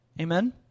Amen